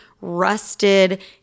rusted